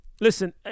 Listen